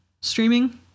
streaming